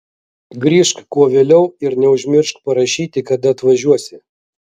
grįžk kuo vėliau ir neužmiršk parašyti kada atvažiuosi